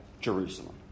Jerusalem